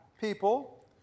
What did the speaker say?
people